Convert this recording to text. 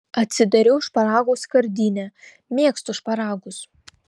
atsidariau šparagų skardinę mėgstu šparagus